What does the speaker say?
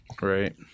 right